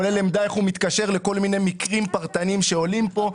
כולל עמדה איך הוא מתקשר לכל מיני מקרים פרטניים שעולים פה.